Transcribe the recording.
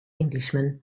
englishman